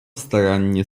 starannie